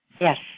Yes